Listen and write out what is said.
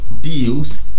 deals